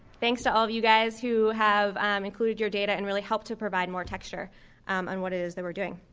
thanks to all of you guys who have included your data and really helped to provide more texture on what it is that we're doing.